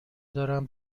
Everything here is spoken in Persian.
دارم